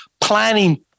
planning